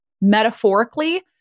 metaphorically